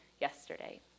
yesterday